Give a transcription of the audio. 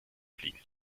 fliegen